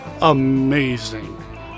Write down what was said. amazing